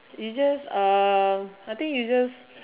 you just um I think you just